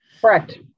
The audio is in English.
Correct